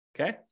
Okay